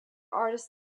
artists